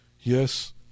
Yes